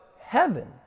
heaven